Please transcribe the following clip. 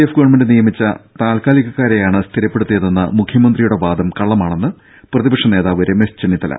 F government നിയമിച്ച താൽക്കാലികക്കാരെയാണ് സ്ഥിരപ്പെടുത്തിയതെന്ന മുഖ്യമന്ത്രിയുടെ വാദം കള്ളമാണെന്ന് പ്രതിപക്ഷനേതാവ് രമേശ് ചെന്നിത്തല